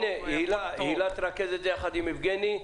הילה תרכז את זה יחד עם יבגני.